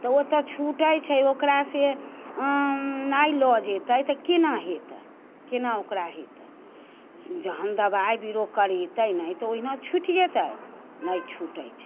तऽ ओतऽ छुटै छै ओकरासँ नहि लऽ जेतै तऽ केना हेतै केना ओकरा हेतै जहन दबाइ बिरो करेतै नहि तऽ ओहिना छुटि जेतै ने छुटै छै